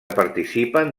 participen